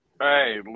hey